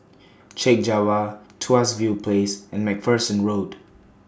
Chek Jawa Tuas View Place and MacPherson Road